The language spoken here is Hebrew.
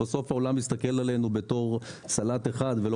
אבל בסוף העולם מסתכל עלינו כעל סלט ולא